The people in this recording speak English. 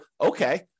okay